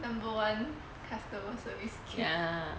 number one customer service